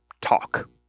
talk